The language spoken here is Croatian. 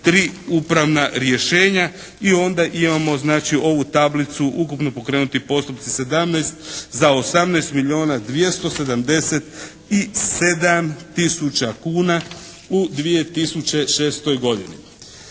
tri upravna rješenje. I onda imamo znači ovu tablicu ukupno pokrenuti postupci sedamnaest za 18 milijuna 277 tisuća kuna u 2006. godini.